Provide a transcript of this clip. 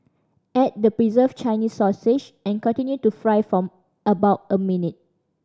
add the preserved Chinese sausage and continue to fry for about a minute